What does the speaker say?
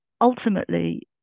ultimately